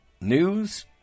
news